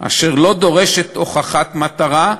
אשר לא דורשת הוכחת מטרה,